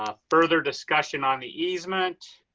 ah further discussion on the easement.